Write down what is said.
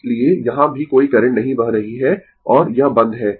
इसलिए यहां भी कोई करंट नहीं बह रही है और यह बंद है